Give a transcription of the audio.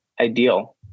ideal